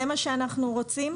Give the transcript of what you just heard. זה מה שאנחנו רוצים?